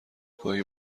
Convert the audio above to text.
گاهی